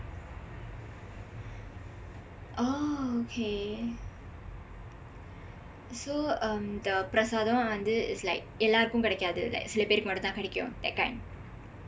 oh okay so um the prasadam வந்து:pirasatham vandthu is like எல்லாருக்கும் கிடைக்காது:ellaarukkum kidaikkaathu is like சில பேருக்கு தான் கிடைக்கும்:sila peerukku thaan kidaikkum that kind